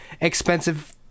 expensive